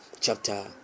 chapter